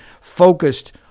focused